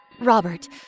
Robert